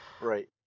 Right